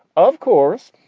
of course,